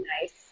nice